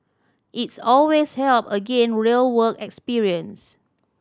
its always help again real work experience